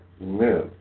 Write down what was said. men